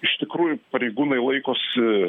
iš tikrųjų pareigūnai laikosi